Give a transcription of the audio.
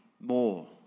more